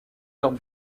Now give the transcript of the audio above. heures